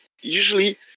Usually